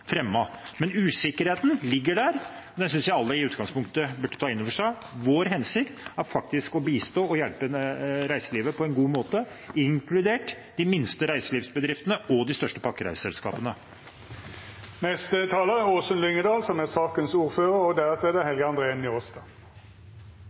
Men usikkerheten ligger der, og det synes jeg alle i utgangspunktet burde ta inn over seg. Vår hensikt er å bistå og hjelpe reiselivet på en god måte, inkludert de minste reiselivsbedriftene og de største pakkereiseselskapene. Arbeiderpartiet er opptatt av reiselivet, og det vet jeg at Fremskrittspartiet vet utmerket godt. Vi skal behandle et